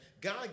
God